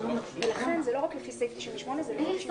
ניפגש ב-15:17.